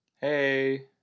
hey